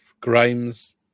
Grimes